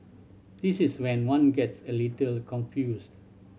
this is when one gets a little confused